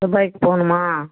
துபாய்க்கு போகணுமா